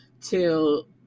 till